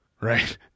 right